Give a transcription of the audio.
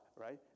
Right